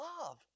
love